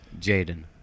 Jaden